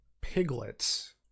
piglets